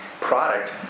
product